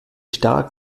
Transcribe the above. stark